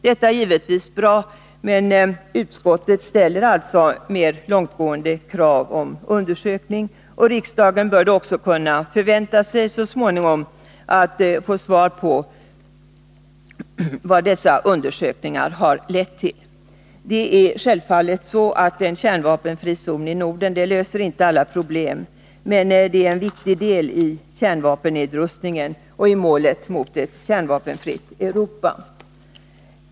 Detta är givetvis bra, men utskottet ställer alltså ett mer långtgående krav på undersökning, och riksdagen bör då också kunna förvänta sig att så småningom få besked om vad dessa undersökningar har lett till. En kärnvapenfri zon i Norden löser självfallet inte alla problem, men det är en viktig del i kärnvapennedrustningen och i arbetet att uppnå målet, ett kärnvapenfritt Europa.